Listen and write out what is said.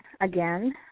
again